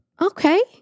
Okay